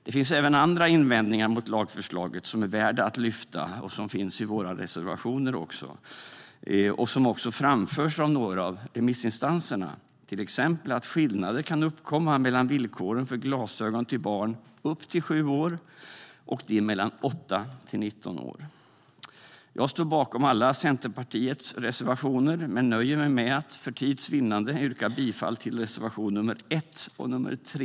Det finns även andra invändningar mot lagförslaget som är värda att lyfta fram, och de finns i våra reservationer. De framförs även av några av remissinstanserna, till exempel att skillnader kan uppkomma mellan villkoren för glasögon till barn upp till 7 år och villkoren för glasögon till barn mellan 8 och 19 år. Jag står bakom alla Centerpartiets reservationer men nöjer mig för tids vinnande med att yrka bifall till reservationerna 1 och 3.